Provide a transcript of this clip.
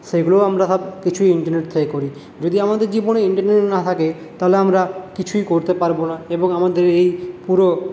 সেগুলোও আমরা সব কিছু ইন্টারনেট থেকে করি যদি আমাদের জীবনে ইন্টারনেট না থাকে তাহলে আমরা কিছুই করতে পারবো না এবং আমাদের এই পুরো